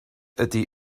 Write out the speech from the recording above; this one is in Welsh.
ydy